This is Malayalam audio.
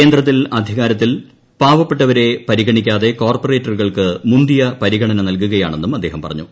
കേന്ദ്രത്തിൽ അധികാരത്തിൽ വരുന്നവർ പാവപ്പെട്ടവരെ പരിഗണിക്കാതെ കോർപ്പറേറ്റുകൾക്ക് മുന്തിയ പരിഗണന നൽകുകയാണെന്നും അദ്ദേഹം പറഞ്ഞു